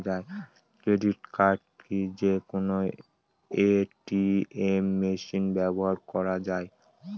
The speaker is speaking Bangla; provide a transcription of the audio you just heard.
ক্রেডিট কার্ড কি যে কোনো এ.টি.এম মেশিনে ব্যবহার করা য়ায়?